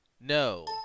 No